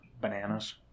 bananas